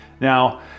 Now